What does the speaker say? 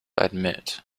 admit